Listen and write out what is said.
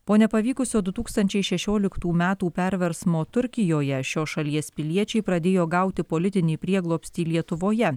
po nepavykusio du tūkstančiai šešioliktų metų perversmo turkijoje šios šalies piliečiai pradėjo gauti politinį prieglobstį lietuvoje